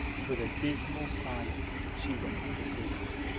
with a dismal sigh she went for the scissors.